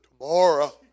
tomorrow